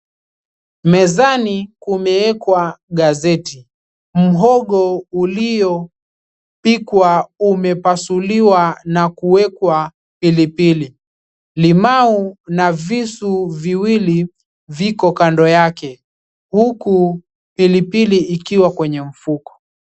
Mezani kumeekwa gazeti, mhogo uliopikwa umepasuliwa na kuwekwa pilipili, limau na visu viwili viko kando yake huku pilipili ikiwa kwenye mfuko.